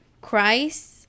christ